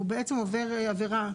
הוא בעצם עובר עבירה,